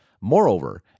Moreover